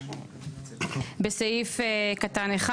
בסעיף קטן (1),